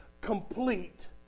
complete